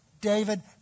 David